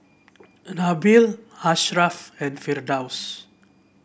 a Nabil Ashraff and Firdaus